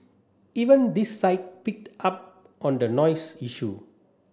even this site picked up on the noise issue